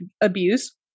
abuse